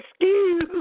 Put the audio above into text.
excuse